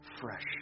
fresh